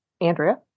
Andrea